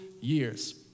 years